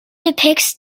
depicts